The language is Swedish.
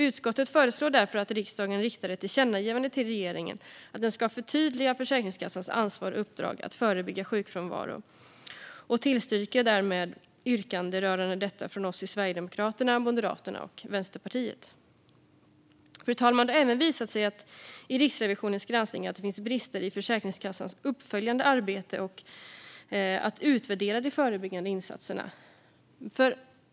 Utskottet föreslår därför att riksdagen riktar ett tillkännagivande till regeringen om att den ska förtydliga Försäkringskassans ansvar och uppdrag att förebygga sjukfrånvaro och tillstyrker därmed ett yrkande rörande detta från oss i Sverigedemokraterna, Moderaterna och Vänsterpartiet. Fru talman! Det har även visat sig i Riksrevisionens granskning att det finns brister i Försäkringskassans uppföljande arbete och när det gäller att utvärdera de förebyggande insatserna.